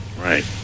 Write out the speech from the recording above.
Right